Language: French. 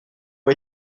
ont